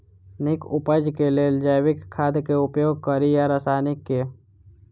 नीक उपज केँ लेल जैविक खाद केँ उपयोग कड़ी या रासायनिक केँ?